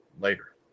later